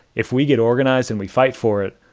if we get organized and we fight for it,